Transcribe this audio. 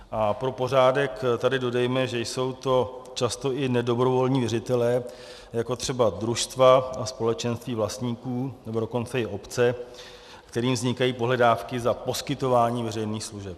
A pro pořádek tady dodejme, že jsou to často i nedobrovolní věřitelé, jako třeba družstva a společenství vlastníků, nebo dokonce i obce, kterým vznikají pohledávky za poskytování veřejných služeb.